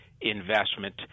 investment